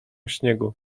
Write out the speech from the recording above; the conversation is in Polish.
śniegu